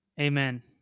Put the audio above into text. Amen